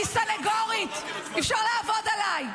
חברים, אני מבקש לאפשר לה לסיים את דבריה.